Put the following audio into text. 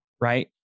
right